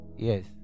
Yes